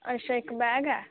अच्छा इक बैग ऐ